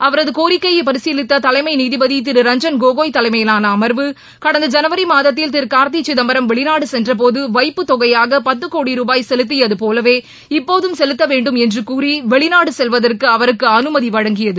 அவரது கோரிக்கையை பரிசீலித்த தலைமை நீதிபதி திரு ரஞ்சன் கோகோய் தலைமையிலான அர்வு கடந்த ஜனவரி மாதத்தில் திரு கார்த்தி சிதம்பரம் வெளிநாடு சென்றபோது வைப்பு தொகையாக பத்து கோடி ரூபாய் செலுத்தியது போலவே இப்போதும் செலுத்த வேண்டும் என்று கூறி வெளிநாடு செல்வதற்கு அவருக்கு அனுமதி வழங்கியது